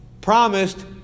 promised